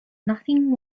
nothing